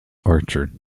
archer